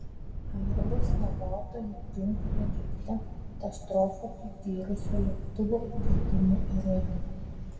airbus negauta jokių egipte katastrofą patyrusio lėktuvo gedimų įrodymo